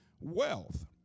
wealth